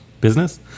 business